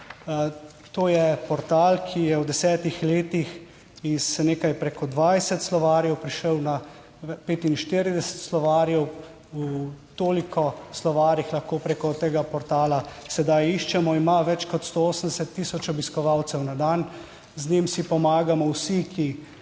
(nadaljevanje) letih z nekaj preko 20 slovarjev prišel na 45 slovarjev. V toliko slovarjih lahko preko tega portala sedaj iščemo, ima več kot 180 tisoč obiskovalcev na dan. Z njim si pomagamo vsi, ki